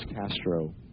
castro